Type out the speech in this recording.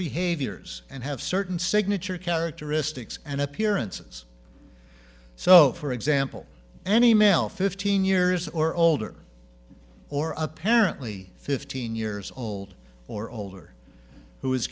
behaviors and have certain signature characteristics and appearances so for example any male fifteen years or older or apparently fifteen years old or older who